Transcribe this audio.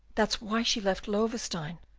that's why she left loewestein.